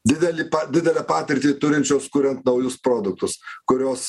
didelį didelę patirtį turinčios kuriant naujus produktus kurios